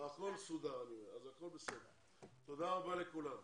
תודה רבה לכולם.